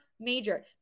major